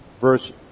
verse